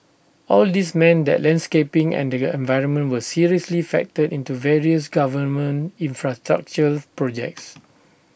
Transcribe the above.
all these meant that landscaping and the environment were seriously factored into various government infrastructural projects